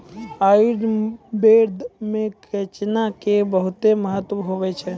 आयुर्वेद मॅ चिकना के बहुत महत्व छै